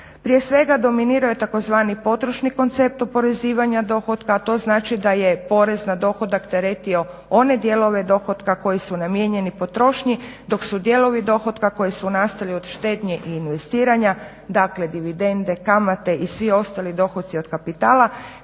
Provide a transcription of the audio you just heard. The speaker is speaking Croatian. Prije svega, dominirao je tzv. potrošni koncept oporezivanja dohotka, a to znači da je porez na dohodak teretio one dijelove dohotka koji su namijenjeni potrošnji, dok su dijelovi dohotka koji su nastali od štednje i investiranja, dakle dividende, kamate i svi ostali dohotci od kapitala